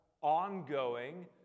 ongoing